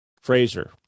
Fraser